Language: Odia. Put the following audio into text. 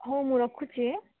ହଉ ମୁଁ ରଖୁଛି